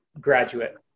graduate